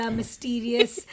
mysterious